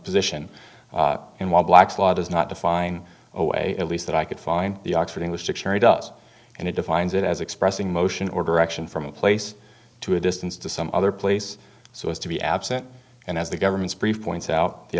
position and while black's law does not define away at least that i could find the oxford english dictionary does and it defines it as expressing motion or direction from a place to a distance to some other place so as to be absent and as the government's brief points out the